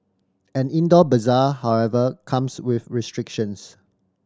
an indoor bazaar however comes with restrictions